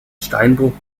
steinbruch